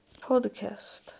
podcast